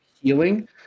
healing